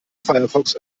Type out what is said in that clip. firefox